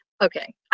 Okay